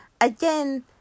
again